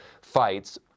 fights